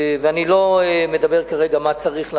ואני לא מדבר כרגע מה צריך לעשות,